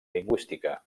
lingüística